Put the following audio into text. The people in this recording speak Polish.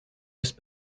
jest